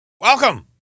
Welcome